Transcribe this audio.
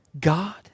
God